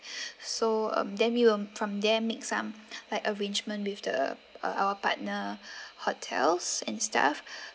so um then we will from there make some like arrangement with the uh our partner hotels and stuff